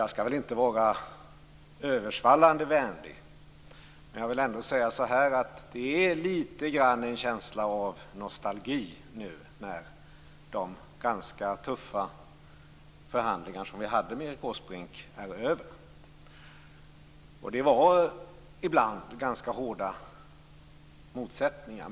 Jag skall väl inte vara översvallande vänlig, men jag vill ändå säga att det lite grann är en känsla av nostalgi när de ganska tuffa förhandlingar som vi hade med Erik Åsbrink nu är över. Det var ibland ganska hårda motsättningar.